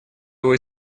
его